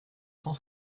cent